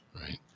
right